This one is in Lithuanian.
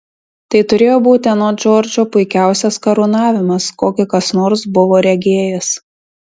tai turėjo būti anot džordžo puikiausias karūnavimas kokį kas nors buvo regėjęs